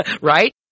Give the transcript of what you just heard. right